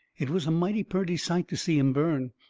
it was a mighty purty sight to see em burn.